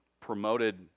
promoted